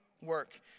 work